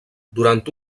durant